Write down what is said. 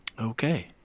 Okay